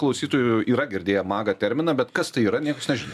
klausytojų yra girdėję magą terminą bet kas tai yra nieks nežino